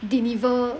deliver